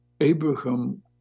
Abraham